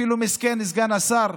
אפילו מסכן סגן השר,